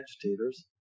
agitators